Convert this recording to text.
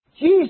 Jesus